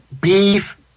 beef